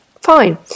fine